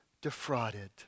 defrauded